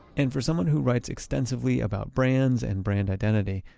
and for someone who writes extensively about brands and brand identity,